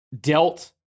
dealt